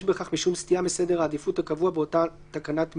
בכך משום סטייה מסדר העדיפות הקבוע באותן תקנות משנה,